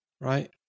right